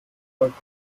balkon